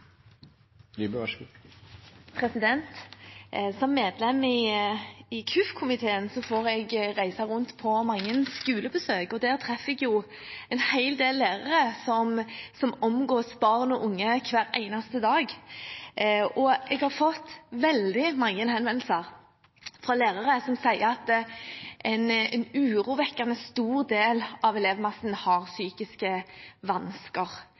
Som medlem i KUF-komiteen får jeg reise rundt på mange skolebesøk. Der treffer jeg en hel del lærere, som omgås barn og unge hver eneste dag, og jeg har fått veldig mange henvendelser fra lærere som sier at en urovekkende stor del av elevmassen har